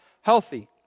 healthy